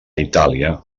itàlia